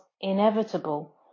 inevitable